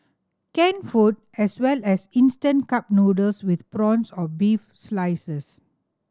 canned food as well as instant cup noodles with prawns or beef slices